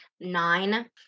nine